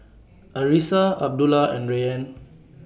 Arissa Abdullah and Rayyan